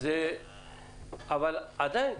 עדיין